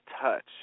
touch